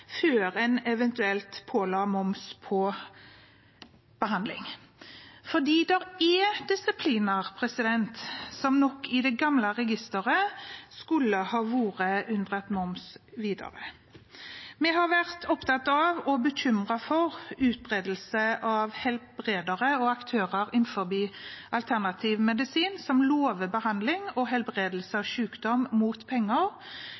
før en eventuelt påla moms på behandling – fordi det er disipliner som nok i det gamle registeret skulle ha vært fritatt for moms videre. Vi har vært opptatt av og bekymret for utbredelse av helbredere og aktører innenfor alternativ medisin som lover behandling og helbredelse av sykdom mot penger